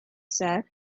said